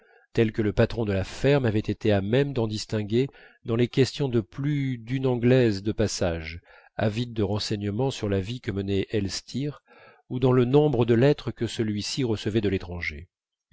tels que le patron de la ferme avait été à même d'en distinguer dans les questions de plus d'une anglaise de passage avide de renseignements sur la vie que menait elstir ou dans le nombre de lettres que celui-ci recevait de l'étranger